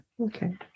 Okay